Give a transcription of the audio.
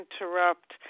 interrupt